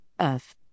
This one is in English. earth